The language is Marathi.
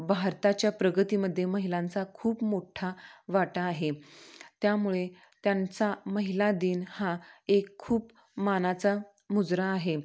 भारताच्या प्रगतीमध्ये महिलांचा खूप मोठा वाटा आहे त्यामुळे त्यांचा महिला दिन हा एक खूप मानाचा मुजरा आहे